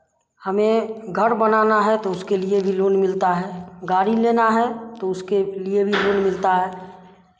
हमें घर बनाना है तो उसके लिए भी लोन मिलता है गाड़ी लेना है तो उसके लिए भी लोन मिलता है